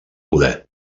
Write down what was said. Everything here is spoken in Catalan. poder